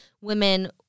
women